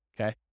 okay